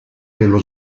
dello